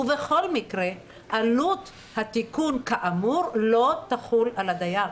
שבכל מקרה עלות התיקון כאמור לא תחול על הדייר.